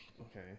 Okay